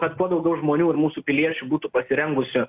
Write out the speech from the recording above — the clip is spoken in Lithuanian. kad kuo daugiau žmonių ir mūsų piliečių būtų pasirengusių